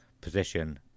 position